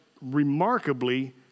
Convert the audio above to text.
remarkably